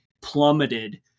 plummeted